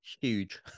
Huge